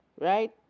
Right